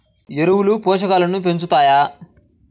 ఎరువులు పోషకాలను పెంచుతాయా?